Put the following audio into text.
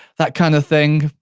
that kind of thing.